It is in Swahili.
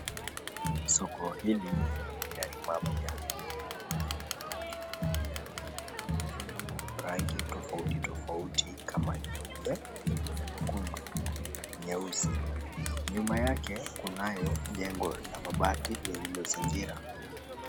Soko hili lina magari mapya yenye aina mingi ya magari ikiwemo rangi tofauti tofauti kama nyeupe, nyekundu, nyeusi nyuma yake kunayo jengo la mabati lililoizingira.